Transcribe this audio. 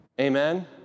Amen